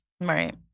Right